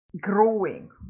growing